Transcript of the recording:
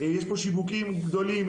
יש פה שיווקים גדולים,